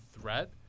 threat